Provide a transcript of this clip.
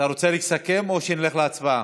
אתה רוצה לסכם או שנלך להצבעה?